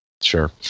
Sure